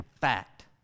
fact